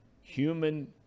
human